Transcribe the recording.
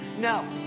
No